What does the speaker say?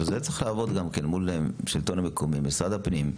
בזה צריך לעבוד גם מול השלטון המקומי, משרד הפנים,